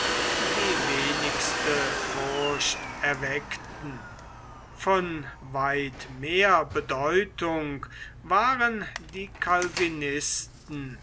die wenigste furcht erweckten von weit mehr bedeutung waren die